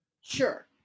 Sure